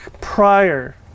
prior